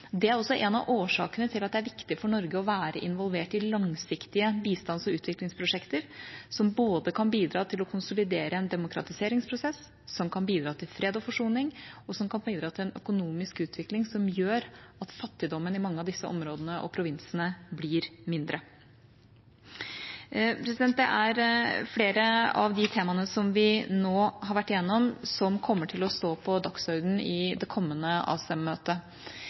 Det er også en av årsakene til at det er viktig for Norge å være involvert i langsiktige bistands- og utviklingsprosjekter, som både kan bidra til å konsolidere en demokratiseringsprosess, bidra til fred og forsoning og en økonomisk utvikling som gjør at fattigdommen i mange av disse områdene og provinsene blir mindre. Det er flere av de temaene som vi nå har vært gjennom, som kommer til å stå på dagsordenen i det kommende